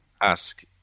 ask